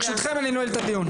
ברשותכם אני נועל את הדיון.